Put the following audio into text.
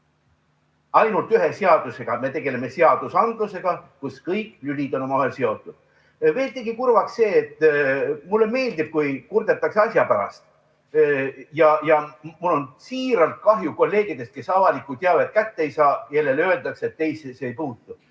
ainult ühe seadusega, me tegeleme seadusandlusega, mille lülid on omavahel seotud. Veel tegi kurvaks üks asi. Mulle meeldib, kui kurdetakse asja pärast. Mul on siiralt kahju kolleegidest, kes avalikku teavet kätte ei saa, kellele öeldakse, et neisse see ei puutu.